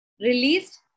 released